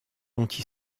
anti